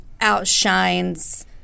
outshines